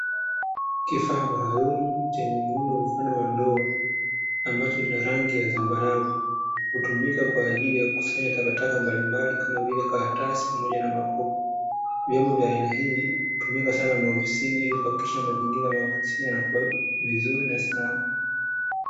Kifaa maalumu chenye muundo mfano wa ndoo ambacho kina rangi ya zambarau hutumika kwaajili ya kukusanyia taka kama vile karatasi na makopo, vyombo vya aina hii hutumika sana maofisini ili kuhakikisha mazingira yanakuwa safi na salama..